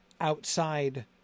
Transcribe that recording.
outside